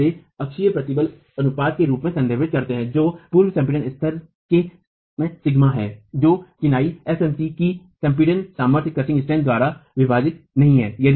हम इसे अक्षीय प्रतिबल अनुपात के रूप में संदर्भित करते हैं जो पूर्व संपीड़न स्तर के सिग्मा है जो चिनाई fmc की संपीडन सामर्थ्य द्वारा विभाजित नहीं है